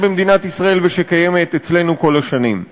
במדינת ישראל ושקיימת אצלנו כל השנים.